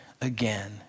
again